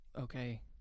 okay